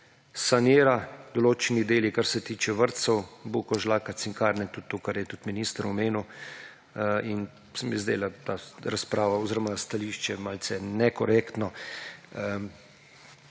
sanira ‒ določeni deli, kar se tiče vrtcev, Bukovžlaka, cinkarne, tudi to, kar je minister omenil ‒ in se mi je zdela ta razprava oziroma stališče malce nekorektno.